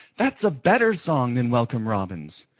that's a better song than welcome robin's.